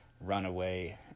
Runaway